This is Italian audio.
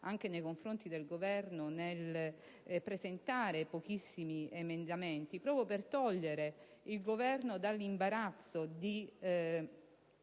nei confronti del Governo presentando pochissimi emendamenti, proprio per togliere il Governo dall'imbarazzo di